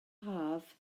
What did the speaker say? haf